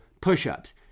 push-ups